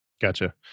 Gotcha